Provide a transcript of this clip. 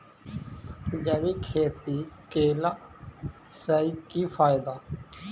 जैविक खेती केला सऽ की फायदा?